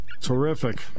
terrific